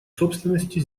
собственности